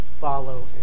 follow